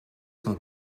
cent